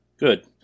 Good